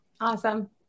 Awesome